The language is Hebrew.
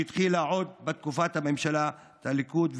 שהתחילה עוד בתקופת ממשלת הליכוד,